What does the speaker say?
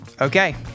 okay